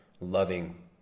loving